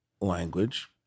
language